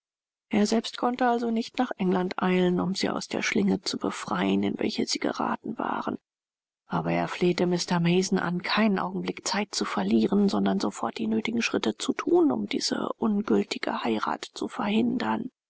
er selbst konnte also nicht nach england eilen um sie aus der schlinge zu befreien in welche sie geraten waren aber er flehte mr mason an keinen augenblick zeit zu verlieren sondern sofort die nötigen schritte zu thun um diese ungiltige heirat zu verhindern